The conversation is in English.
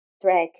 track